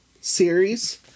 series